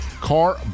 car